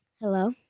hello